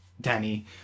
Danny